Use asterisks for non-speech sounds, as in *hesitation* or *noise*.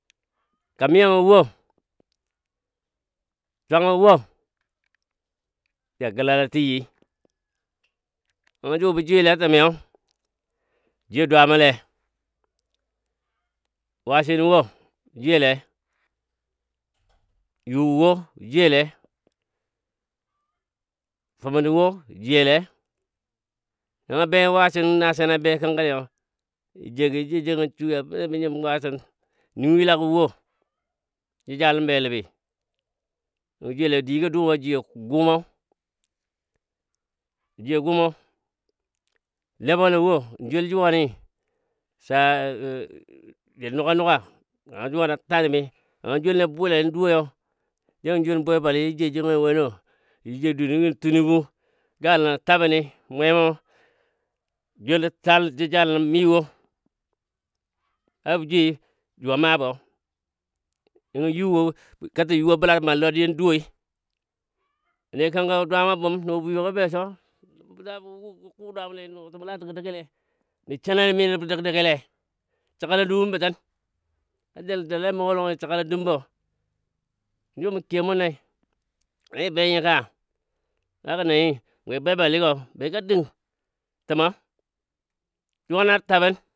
kamiyang wo, swangɔ wo, ja gəlala tiji nəngɔ ju bɔ jwiyo le atəmiyo jwiyo dwamɔ le, wasinɔ wo bə jwiyo le, yuu gə wo bə jwiyo le, fəmənwo jwiyo le, nɔngo be wasin nasana be kənkəniyo jə jou jengə suya bənɔ bənyim wasin nuyila gə wo jəjalən be ləbi njwiyo le digɔ duma jwiyo gumo, jwiyo gumo lebwano wo nɔjoul juwani sa *hesitation* ja nuga nuga kanga juwanɔ a ta nəbi na joulni a bwila nyo duwoiyo. jangɔ joul bwe bali jɔ jou jengɔ wonɔ?jou dunno gɔ Tinubu galana tabənni mwemo joulɔ taal jəjalin no mii wo a bə jwiyo ju a maabɔ nənga yu wo kata yu a bɔla amal dadiyab duwoi wuni kənkəi dwama bum no bwiyo ga be so nəngɔ la bɔ wu bɔ ku dwamɔ le nɔɔtəmɔ la dəgdəgigɔ le, nən sanai mi nəbɔ dəgdəgi le səgan na dungumbɔ tən a jəl dəle a mugo lonyi siganɔ dumbɔ ju mə kiyo mun nei na gə be nyi ka? a gənanyi be bwe baligɔ be ga ding təmɔ juwanna tabən.